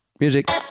Music